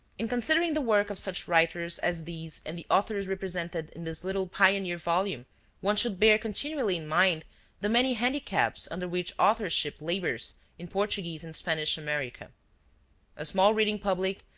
in considering the work of such writers as these and the authors represented in this little pioneer volume one should bear continually in mind the many handicaps under which authorship labors in portuguese and spanish america a small reading public,